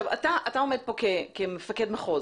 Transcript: אתה עומד כאן כמפקד מחוז